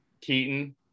Keaton